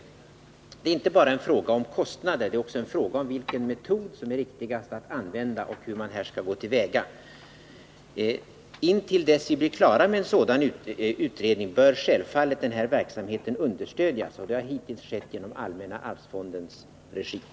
Det gäller inte bara en fråga om kostnader utan också vilken metod som är den riktiga och hur man skall gå till väga för att genomföra den. Intill dess att vi blir klara med en sådan utredning bör självfallet den pågående verksamheten understödjas, och det har hittills skett genom allmänna arvsfondens försorg.